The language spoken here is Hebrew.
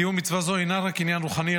קיום מצווה זו אינו רק עניין רוחני,